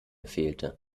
fehlte